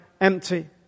empty